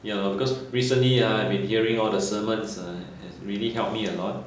ya lor because recently ah I've been hearing all the serments ah really helped me a lot